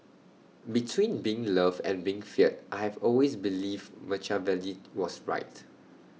between being loved and being feared I have always believed Machiavelli was right